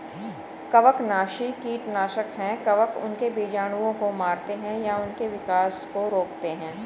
कवकनाशी कीटनाशक है कवक उनके बीजाणुओं को मारते है या उनके विकास को रोकते है